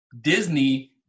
Disney